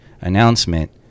announcement